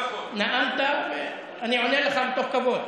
נאמת, אני עונה לך מתוך כבוד.